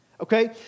okay